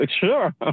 Sure